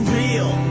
real